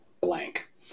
blank